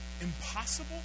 impossible